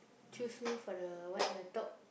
choose me for the what the top